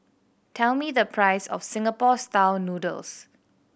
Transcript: tell me the price of Singapore Style Noodles